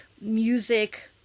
music